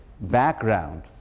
background